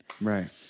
Right